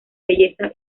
belleza